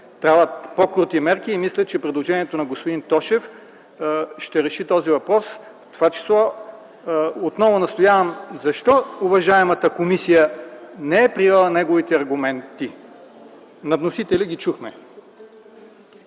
трябват по-крути мерки и мисля, че предложението на господин Тошев ще реши този въпрос. Отново настоявам: защо уважаемата комисия не е приела неговите аргументи? Чухме